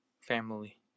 family